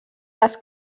les